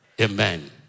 Amen